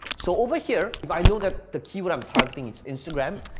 so over here, but i know that the keyword i'm targeting is instagram.